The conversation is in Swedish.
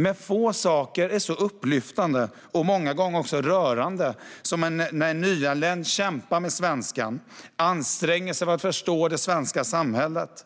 Men få saker är så upplyftande och många gånger också rörande som när nyanlända kämpar med svenskan, anstränger sig för att förstå det svenska samhället,